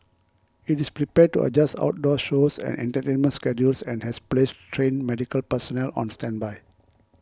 it is prepared to adjust outdoor shows and entertainment schedules and has placed trained medical personnel on standby